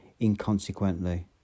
inconsequently